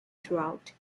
throughout